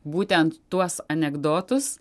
būtent tuos anekdotus